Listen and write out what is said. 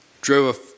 drove